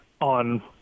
on